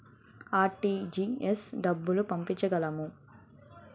RTGS డబ్బులు పంపించగలము?